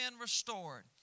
restored